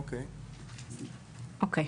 אוקיי,